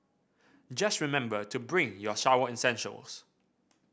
just remember to bring your shower essentials